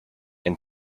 and